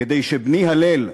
כדי שבני הַלל,